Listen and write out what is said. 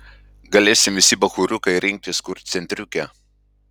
galėsim visi bachūriukai rinktis kur centriuke